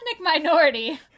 minority